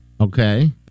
Okay